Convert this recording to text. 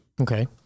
Okay